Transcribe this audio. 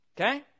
Okay